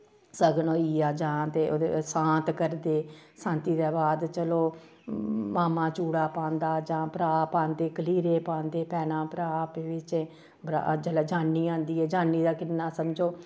सगन होई गेआ जां ते सांत करदे सांती दे बाद चलो माम्मा चूड़ा पांदा जां भ्राह् पांदे कलीरे पांदे भैनां भ्राह् आपूं'चें जिसलै जान्नी आंदी जान्नी दा किन्ना समझो